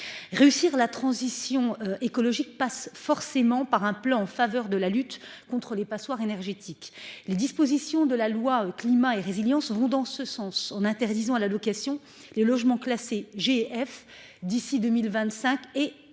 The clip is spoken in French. Réussir la transition écologique passe forcément par un plan en faveur de la lutte contre les passoires énergétiques, les dispositions de la loi climat et résilience vont dans ce sens en interdisant à la location les logements classés G, F d'ici 2025 et 2028.